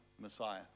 messiah